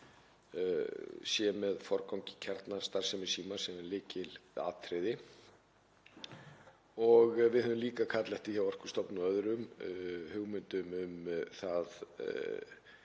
Við höfum líka kallað eftir hjá Orkustofnun öðrum hugmyndum um það